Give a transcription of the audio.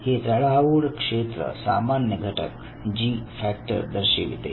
हे चढाओढ क्षेत्र सामान्य घटक जी फॅक्टर दर्शविते